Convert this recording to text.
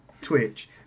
Twitch